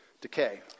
decay